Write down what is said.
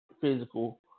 physical